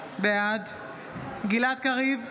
בעד גלעד קריב,